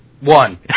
One